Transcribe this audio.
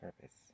purpose